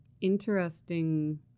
interesting